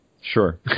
sure